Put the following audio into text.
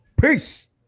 Peace